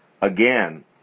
again